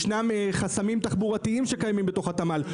ישנם חסמים תחבורתיים שקיימים בתוך התמ"ל.